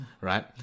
right